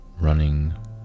running